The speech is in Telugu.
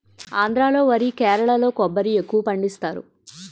ఆంధ్రా లో వరి కేరళలో కొబ్బరి ఎక్కువపండిస్తారు